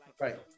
Right